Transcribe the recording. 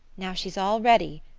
now, she's all ready,